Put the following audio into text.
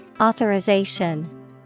Authorization